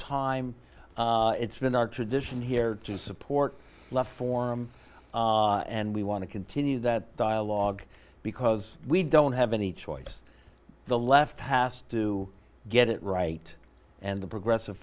time it's been our tradition here to support life form and we want to continue that dialogue because we don't have any choice the left has to get it right and the progressive